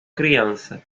criança